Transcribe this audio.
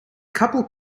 couple